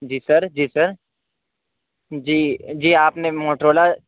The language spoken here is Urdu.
جی سر جی سر جی جی آپ نے موٹرولا